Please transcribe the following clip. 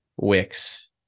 wix